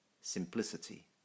Simplicity